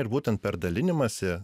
ir būtent per dalinimąsi